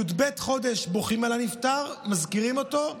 י"ב חודש בוכים על הנפטר, מזכירים אותו,